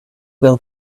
will